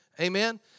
Amen